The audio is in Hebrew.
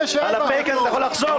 עמוד 97. על הפייק אתה יכול לחזור?